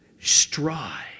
strive